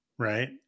Right